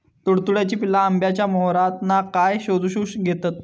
तुडतुड्याची पिल्ला आंब्याच्या मोहरातना काय शोशून घेतत?